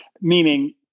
meaning